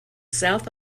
south